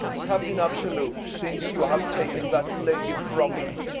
captain absolute, since you have taken that lady from me,